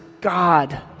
God